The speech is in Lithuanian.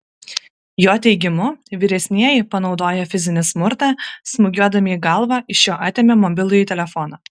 jo teigimu vyresnieji panaudoję fizinį smurtą smūgiuodami į galvą iš jo atėmė mobilųjį telefoną